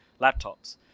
laptops